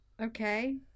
Okay